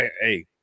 hey